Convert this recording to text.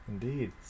Indeed